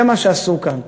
זה מה שעשו כאן.